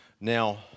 Now